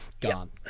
Gone